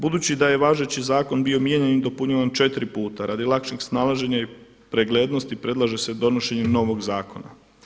Budući da je važeći zakon bio mijenjan i dopunjavan četiri puta radi lakšeg snalaženja i preglednosti predlaže se donošenje novog zakona.